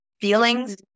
feelings